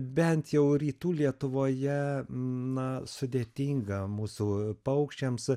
bent jau rytų lietuvoje na sudėtinga mūsų paukščiams